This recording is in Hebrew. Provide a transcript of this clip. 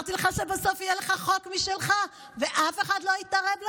אמרתי לך שבסוף יהיה לך חוק משלך ואף אחד לא יתערב לך?